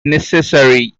necessary